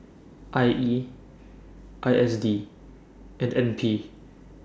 I E I S D and N P